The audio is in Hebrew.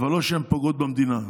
אבל לא כשהן פוגעות במדינה.